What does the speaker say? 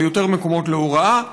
אבל יותר מקומות להוראה,